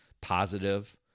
positive